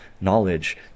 knowledge